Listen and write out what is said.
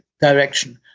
direction